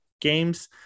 games